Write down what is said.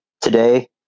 today